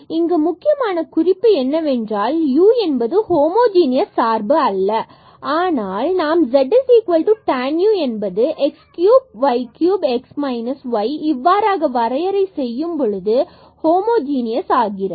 இங்கு முக்கியமான குறிப்பு என்னவென்றால் u ஹோமோஜனியஸ் சார்பு இல்லை ஆனால் நாம் z tan u என்பது x cube y cube x minus y இவ்வாறாக வரையறை செய்யும் பொழுது இது ஹோமோஜனியஸ் ஆகிறது